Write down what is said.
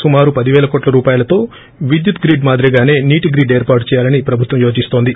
సుమారు పది పేల కోట్ల రూపాయలతో విద్యుత్ గ్రిడ్ మాదిరిగాసే నీటి గ్రిడ్ ఏర్పాటు చేయాలని ప్రభుత్వం యోచిస్తోంది